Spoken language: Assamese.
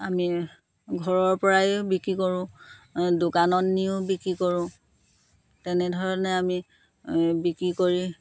আমি ঘৰৰ পৰাই বিক্ৰী কৰোঁ দোকানত নিও বিক্ৰী কৰোঁ তেনেধৰণে আমি বিক্ৰী কৰি